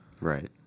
Right